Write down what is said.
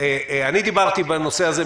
דיברתי בנושא הזה,